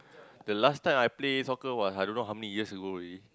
the last time I play soccer was like don't know how many years ago already